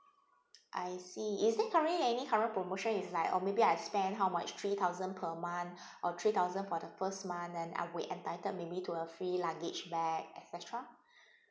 I see currently any current promotion is like or maybe I spend how much three thousand per month or three thousand for the first month then I will entitled maybe to a free luggage bag etcetera